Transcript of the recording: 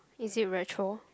is it Retro